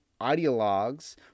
ideologues